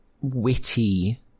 witty